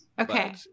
Okay